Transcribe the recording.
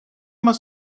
must